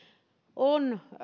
on